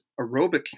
aerobic